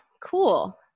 Cool